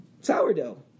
sourdough